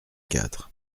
quatre